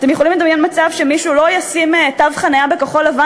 אתם יכולים לדמיין מצב שמישהו לא ישים תו חניה בכחול-לבן